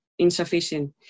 insufficient